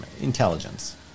Intelligence